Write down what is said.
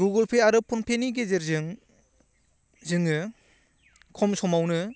Google Pay आरो फन पेनि गेजेरजों जोङो खम समावनो